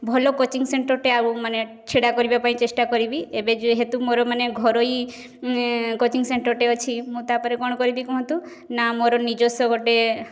ଭଲ କୋଚିଂ ସେଣ୍ଟରଟେ ଆଗକୁ ମାନେ ଛିଡ଼ା କରିବାପାଇଁ ଚେଷ୍ଟା କରିବି ଏବେ ଯେହେତୁ ମୋର ମାନେ ଘରୋଇ କୋଚିଂ ସେଣ୍ଟରଟେ ଅଛି ମୁଁ ତା'ପରେ କ'ଣ କରିବି କୁହନ୍ତୁ ନା ମୋର ନିଜସ୍ୱ ଗୋଟେ